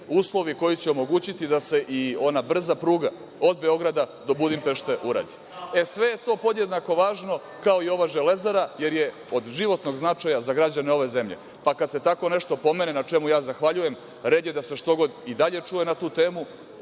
uslovi koji će omogućiti da se i ona brza pruga do Beograda do Budimpešte uradi. Sve je to podjednako važno kao i ova „Železara“, jer je od životnog značaja za građane ove zemlje. Pa kada se tako nešto pomene, na čemu ja zahvaljujem, red je da se što god i dalje čuje na tu temu,